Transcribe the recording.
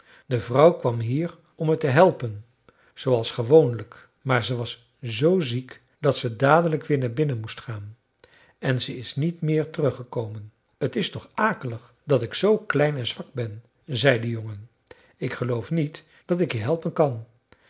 de vrouw kwam hier om me te helpen zooals gewoonlijk maar ze was zoo ziek dat ze dadelijk weer naar binnen moest gaan en ze is niet meer terug gekomen t is toch akelig dat ik zoo klein en zwak ben zei de jongen ik geloof niet dat ik je helpen kan